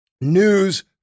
news